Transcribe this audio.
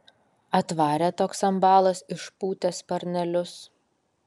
atvarė toks ambalas išpūtęs sparnelius